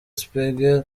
spiegel